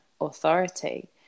authority